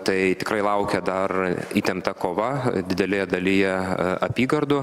tai tikrai laukia dar įtempta kova didelėje dalyje apygardų